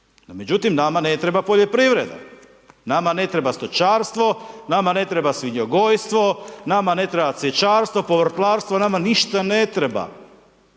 međutim, nama ne treba poljoprivreda. Nama ne treba stočarstvo. Nama ne treba svinjogojstvo. Nama ne treba cvjećarstvo, povrtlarstvo. Nama ništa ne treba,